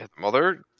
mother